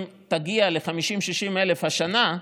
אם תגיע ל-50,000 60,000 השנה,